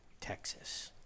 Texas